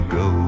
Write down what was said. go